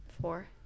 Four